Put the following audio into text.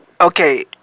okay